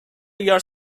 your